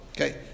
Okay